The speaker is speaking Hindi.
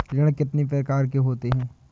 ऋण कितनी प्रकार के होते हैं?